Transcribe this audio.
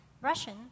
Russian